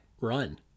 run